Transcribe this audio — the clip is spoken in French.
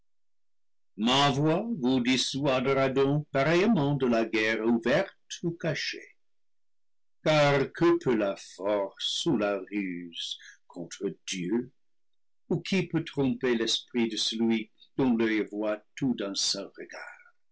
dissuadera donc pareillement de la guerre ouverte ou cachée car que peut là force ou la ruse contre dieu ou qui peut tromper l'esprit de celui dont l'oeil voit tout d'un seul regard